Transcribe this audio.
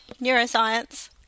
Neuroscience